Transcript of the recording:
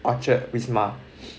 orchard wisma